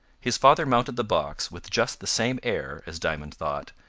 his father mounted the box with just the same air, as diamond thought,